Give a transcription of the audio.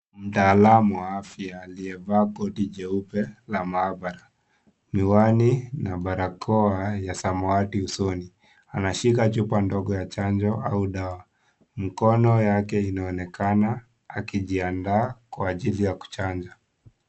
Mtaalamu wa afya aliyevaa koti jeupe la maabara, miwani, na barakoa ya samawati usoni. Anashika chupa ndogo ya chanjo au dawa. Mkono yake inaonekana akijiandaa kwa ajili ya kuchanja.